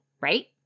right